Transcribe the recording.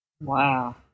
Wow